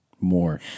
more